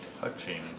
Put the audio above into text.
touching